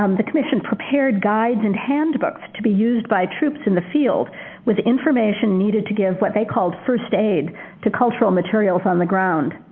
um the commission prepared guides and handbooks to used by troops in the field with information needed to give what they called first aid to cultural materials on the ground.